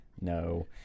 no